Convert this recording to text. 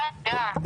היה, היה.